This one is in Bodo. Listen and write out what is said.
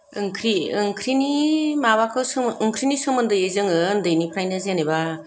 ओंख्रि ओंख्रिनि माबाखौ सों ओंख्रिनि सोमोन्दै जोङो ओन्दैनिफ्रायनो जेनेबा